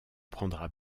prendra